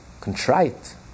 contrite